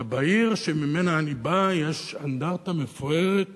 ובעיר שממנה אני בא יש אנדרטה מפוארת